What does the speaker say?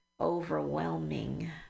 overwhelming